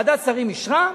ועדת השרים אישרה,